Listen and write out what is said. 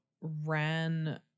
ran